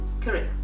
Correct